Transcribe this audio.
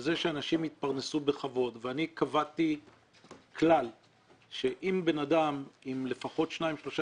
לזה שאנשים יתפרנסו בכבוד ואני קבעתי כלל שאם בן אדם עם לפחות שניים-שלושה